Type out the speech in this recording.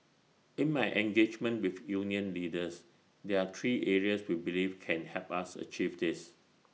in my engagement with union leaders there are three areas we believe can help us achieve this